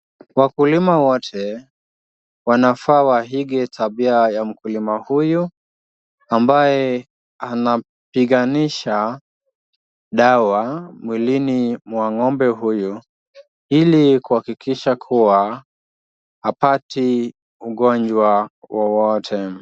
Wakulima wote wanafaa waige tabia ya mkulima huyu, ambaye anapiganisha dawa mwilini mwa ng'ombe huyu, ili kuhakikisha kuwa hapati ugonjwa wowote.